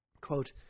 Quote